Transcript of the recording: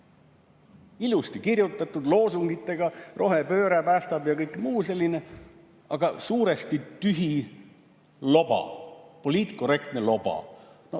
Ilusti kirjutatud, loosungitega, nagu "rohepööre päästab" ja kõik muu selline, aga suuresti tühi loba, poliitkorrektne loba.